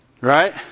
Right